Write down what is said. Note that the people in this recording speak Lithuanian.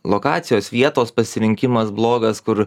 lokacijos vietos pasirinkimas blogas kur